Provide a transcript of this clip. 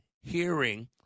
hearing